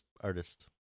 artist